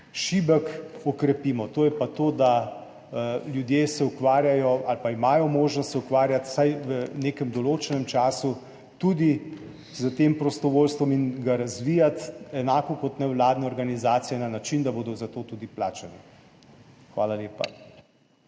šibek, okrepimo. To je pa to, da se ljudje ukvarjajo ali pa da se imajo možnost ukvarjati vsaj v nekem določenem času tudi s tem prostovoljstvom in ga razvijati enako kot nevladne organizacije na način, da bodo za to tudi plačani. Hvala lepa.